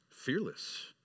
fearless